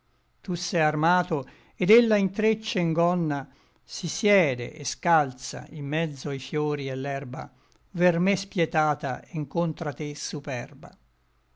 tu se armato et ella in treccie e n gonna si siede et scalza in mezzo i fiori et l'erba ver me spietata e n contra te superba